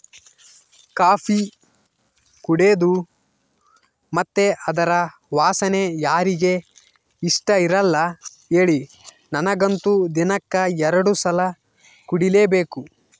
coffee ಕುಡೇದು ಮತ್ತೆ ಅದರ ವಾಸನೆ ಯಾರಿಗೆ ಇಷ್ಟಇರಲ್ಲ ಹೇಳಿ ನನಗಂತೂ ದಿನಕ್ಕ ಎರಡು ಸಲ ಕುಡಿಲೇಬೇಕು